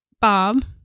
Bob